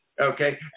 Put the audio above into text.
Okay